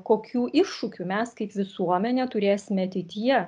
kokių iššūkių mes kaip visuomenė turėsime ateityje